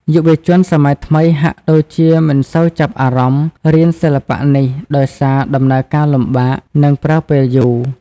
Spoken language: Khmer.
យុវជន សម័យថ្មីហាក់ដូចជាមិនសូវចាប់អារម្មណ៍រៀនសិល្បៈនេះដោយសារដំណើរការលំបាក និងប្រើពេលយូរ។